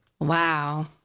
Wow